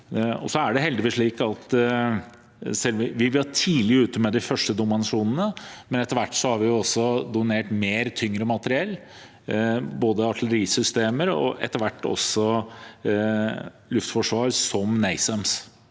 vi var tidlig ute med de første donasjonene, men etter hvert har vi også donert mer tyngre materiell, både artillerisystemer og etter hvert også luftforsvar, som NASAMS,